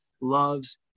loves